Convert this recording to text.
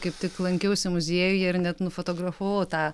kaip tik lankiausi muziejuje ir net nufotografavau tą